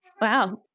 Wow